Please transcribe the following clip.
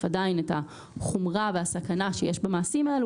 עדיין את החומרה והסכנה שיש במעשים האלה,